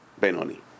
Benoni